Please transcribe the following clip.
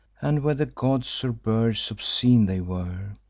and whether gods or birds obscene they were,